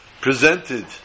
presented